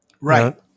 right